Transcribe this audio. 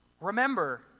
remember